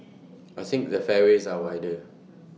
I think the fairways are wider